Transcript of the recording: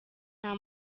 nta